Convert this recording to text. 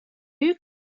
büyük